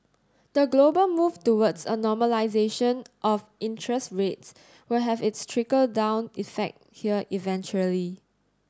the global move towards a normalisation of interest rates will have its trickle down effect here eventually